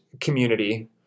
community